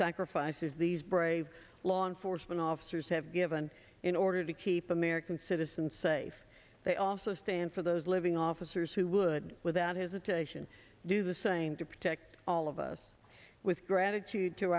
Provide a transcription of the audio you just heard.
sacrifices these brave law enforcement officers have given in order to keep american citizens safe they also stand for those living officers who would without hesitation do the same to protect all of us with gratitude to